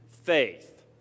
faith